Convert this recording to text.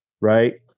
Right